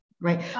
Right